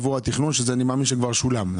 עבור התכנון ואני מאמין שהכסף הזה כבר שולם.